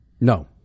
No